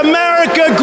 America